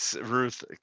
Ruth